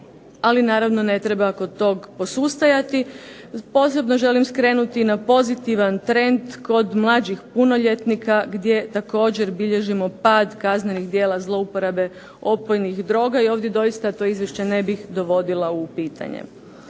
Ali naravno ne treba kod tog posustajati. Posebno želim skrenuti i na pozitivan trend kod mlađih punoljetnika gdje također bilježimo pad kaznenih djela zlouporabe opojnih droga i ovdje doista to izvješće ne bih dovodila u pitanje.